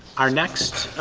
our next